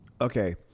Okay